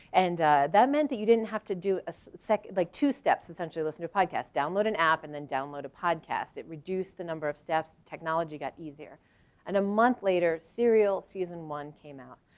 and that meant that you didn't have to do ah like two steps essentially listen to podcast, download an app and then download a podcast. it reduced the number of steps technology got easier and a month later cereal season one came out.